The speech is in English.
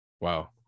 Wow